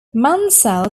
mansell